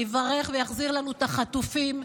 יברך ויחזיר לנו את החטופים,